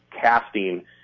casting